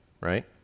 right